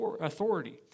authority